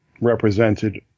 represented